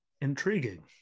intriguing